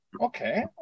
okay